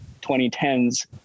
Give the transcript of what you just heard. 2010s